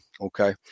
Okay